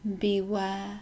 beware